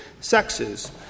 sexes